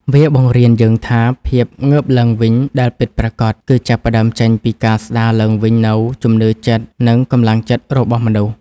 វាបង្រៀនយើងថា ភាពងើបឡើងវិញដែលពិតប្រាកដ គឺចាប់ផ្ដើមចេញពីការស្ដារឡើងវិញនូវ ជំនឿចិត្ត និងកម្លាំងចិត្ត របស់មនុស្ស។